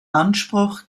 anspruch